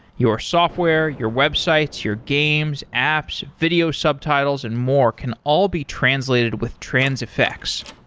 your software, your websites, your games, apps, video subtitles and more can all be translated with transifex.